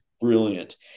brilliant